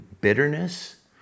bitterness